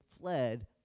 fled